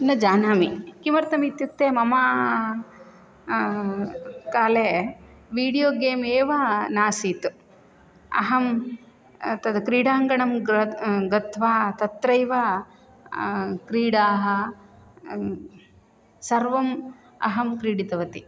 न जानामि किमर्थमित्युक्ते मम काले वीडियो गेम् एव न आसीत् अहं तत् क्रीडाङ्गणं गत्वा तत्रैव क्रीडाः सर्वम् अहं क्रीडितवती